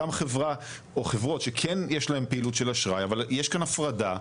גם חברה או חברות שכן יש להן פעילות של אשראי אבל יש כאן הפרדה,